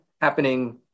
happening